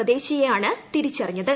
സ്വദേശിയെയാണ് തിരിച്ചറിഞ്ഞത്